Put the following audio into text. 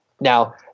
now